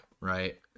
Right